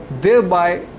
thereby